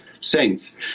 saints